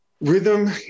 rhythm